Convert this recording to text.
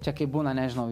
čia kaip būna nežinau